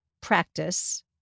practice